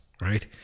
Right